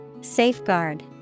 Safeguard